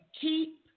keep